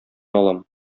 алам